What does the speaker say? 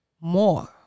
more